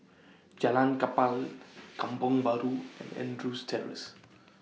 Jalan Kapal Kampong Bahru and Andrews Terrace